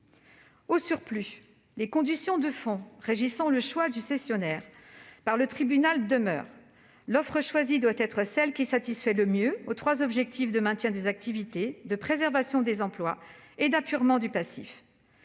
Au surplus, les conditions de fond régissant le choix du cessionnaire par le tribunal demeurent : l'offre choisie doit être celle qui satisfait le mieux aux trois objectifs de maintien des activités, de préservation des emplois et d'apurement du passif.